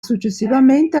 successivamente